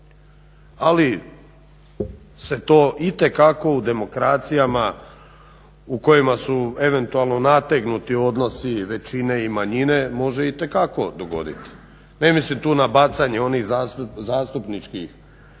ali se to itekako u demokracijama u kojima su eventualno nategnuti odnosi većine i manjine može itekako dogoditi. Ne mislim tu na bacanje onih zastupničkih